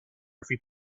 every